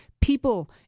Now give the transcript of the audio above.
people